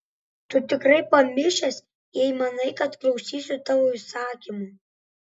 tu tikrai pamišęs jei manai kad klausysiu tavo įsakymų